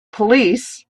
police